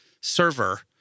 server